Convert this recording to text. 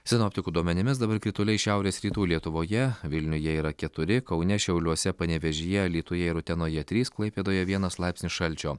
sinoptikų duomenimis dabar krituliai šiaurės rytų lietuvoje vilniuje yra keturi kaune šiauliuose panevėžyje alytuje ir utenoje trys klaipėdoje vienas laipsnis šalčio